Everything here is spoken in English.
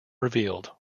revealed